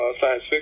science